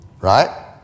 Right